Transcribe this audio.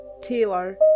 Taylor